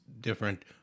different